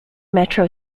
metro